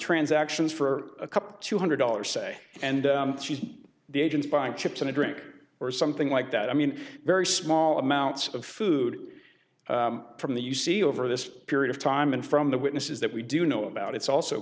transactions for a couple two hundred dollars say and the agents buying chips and a drink or something like that i mean very small amounts of food from the u c over this period of time and from the witnesses that we do know about it's also